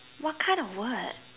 what kind of word